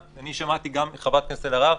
אני שמעתי גם את חברת הכנסת אלהרר,